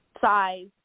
size